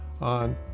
on